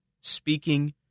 speaking